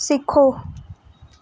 सिक्खो